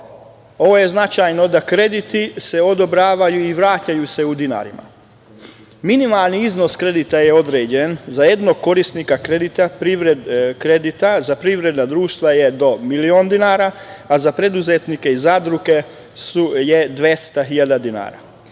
Ovo je značajno da se krediti odobravaju i vraćaju u dinarima. Minimalni iznos kredita je određen za jednog korisnika kredita za privredna društva je do milion dinara, a za preduzetnike i zadruge je 200.000 dinara. Određen